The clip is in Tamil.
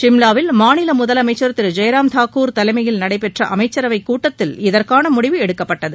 சிம்லாவில் மாநில முதலமைச்சர் திரு ஜெயராம் தாக்கூர் தலைமையில் நடைபெற்ற அமைச்சரவை கூட்டத்தில் இதற்கான முடிவு எடுக்கப்பட்டது